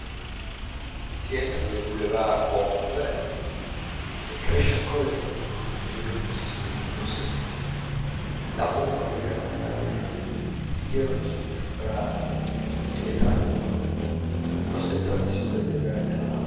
si entra nel boulevard bonne nouvelle e cresce ancora il formicolìo il ronzìo lo strepito la pompa dei grandi magazzini che schierano sulla strada le vetrate enormi l'ostentazione della